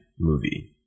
movie